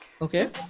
Okay